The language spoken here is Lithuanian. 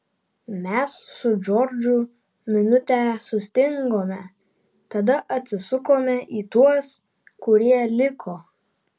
mes su džordžu minutę sustingome tada atsisukome į tuos kurie liko